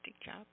job